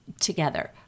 together